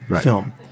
film